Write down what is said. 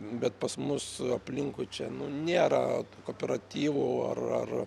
bet pas mus aplinkui čia nėra tų kooperatyvų ar ar